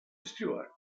stewart